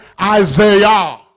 Isaiah